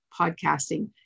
podcasting